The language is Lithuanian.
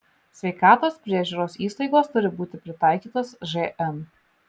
sveikatos priežiūros įstaigos turi būti pritaikytos žn